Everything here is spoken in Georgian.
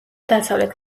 დასავლეთ